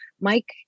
Mike